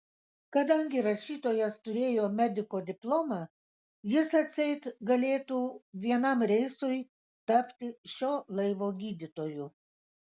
kadangi rašytojas turėjo mediko diplomą jis atseit galėtų vienam reisui tapti šio laivo gydytoju